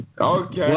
Okay